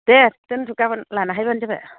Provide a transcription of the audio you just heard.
दे दोनदो गाबोन लाना फैबानो जाबाय